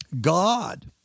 God